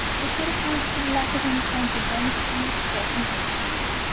which would account for the lack of any signs of vomiting and or convulsions,